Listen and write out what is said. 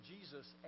Jesus